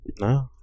No